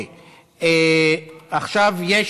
עכשיו יש